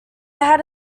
had